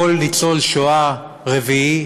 לכל ניצול שואה רביעי